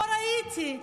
לא ראיתי,